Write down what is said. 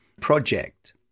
project